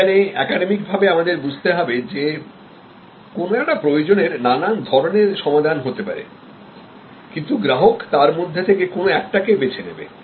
এখানে একাডেমিকভাবে আমাদের বুঝতে হবে যে কোন একটা প্রয়োজনের নানান ধরনের সমাধান হতে পারেকিন্তু গ্রাহক তার মধ্যে থেকে কোন একটাকে বেছে নেবে